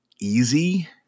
easy